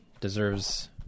deserves